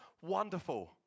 wonderful